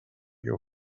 your